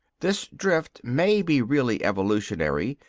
this drift may be really evolutionary,